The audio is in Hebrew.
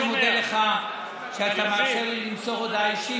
אני מודה לך שאתה מאפשר לי למסור הודעה אישית.